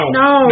no